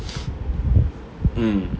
en